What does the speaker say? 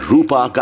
Rupa